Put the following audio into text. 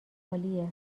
عالیه